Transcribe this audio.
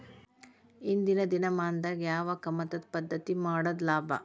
ಇಂದಿನ ದಿನಮಾನದಾಗ ಯಾವ ಕಮತದ ಪದ್ಧತಿ ಮಾಡುದ ಲಾಭ?